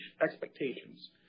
expectations